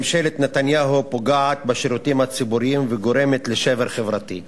נתניהו פוגעת בשירותים הציבוריים וגורמת לשבר חברתי.